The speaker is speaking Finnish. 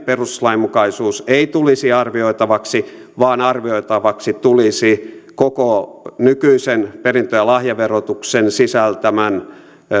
perustuslainmukaisuus ei tulisi arvioitavaksi vaan arvioitavaksi tulisi koko nykyisen perintö ja lahjaverotuksen sisältämän